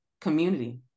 community